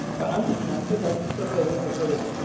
underfunded. i just put that in because